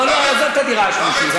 לא לא, עזוב את הדירה השלישית.